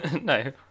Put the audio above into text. No